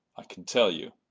i can tell you.